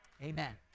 Amen